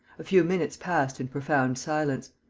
a few minutes passed in profound silence.